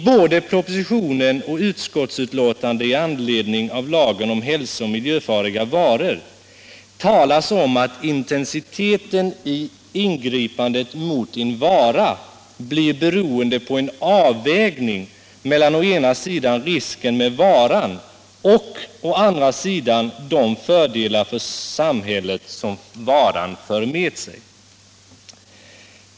Både i propositionen med förslag till lag om hälso och miljöfarliga varor och i utskottsbetänkandet i anledning härav talas om att intensiteten i ingripandet mot en vara blir beroende på en avvägning mellan å ena sidan risken med varan och å andra sidan de fördelar för samhället som varan för med sig.